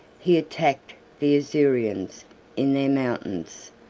he attacked the isaurians in their mountains,